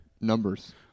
numbers